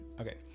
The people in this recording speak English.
Okay